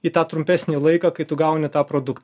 į tą trumpesnį laiką kai tu gauni tą produktą